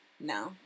No